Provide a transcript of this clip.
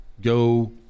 go